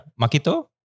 Makito